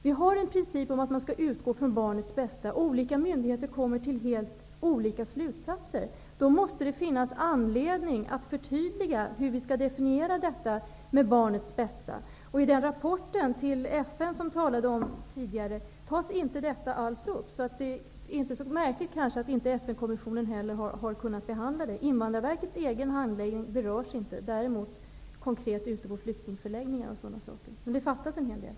Vi har en princip som säger att man skall utgå från barnets bästa, och olika myndigheter kommer till helt olika slutsatser. Då måste det finnas anledning att förtydliga definitionen av vad som är barnets bästa. I den rapport till FN som nämndes tidigare i debatten tas detta inte alls upp. Det är därför inte så märkligt att FN-konventionen inte har kunnat behandla frågan. Invandrarverkets egen handläggning berörs inte, däremot berörs vad som händer ute på flyktingförläggningar. En hel del fattas alltså.